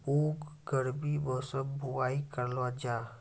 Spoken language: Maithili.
मूंग गर्मी मौसम बुवाई करलो जा?